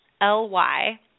L-Y